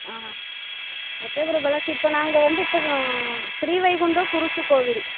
ஆ Ettayapuram palace இப்போது நாங்கள் வந்து இப்போா ஸ்ரீவைகுண்டம் குரூஸ்சு கோவில்